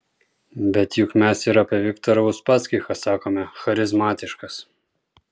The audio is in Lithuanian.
bet juk mes ir apie viktorą uspaskichą sakome charizmatiškas